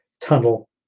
tunnel